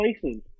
places